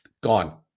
gone